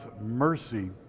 mercy